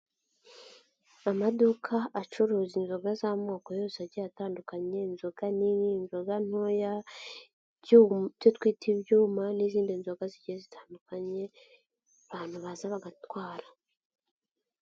Amaduka acuruza inzoga z'amoko yose agiye atandukanye, inzoga nini, inzoga ntoya, ibyo twita ibyuma n'izindi nzoga zigiye zitandukanye, abantu baza bagatwara.